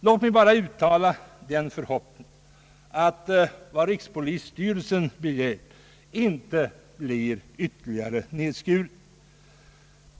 Låt mig bara uttala den förhoppningen, att vad rikspolisstyrelsen begärt inte blir ytterligare nedskuret.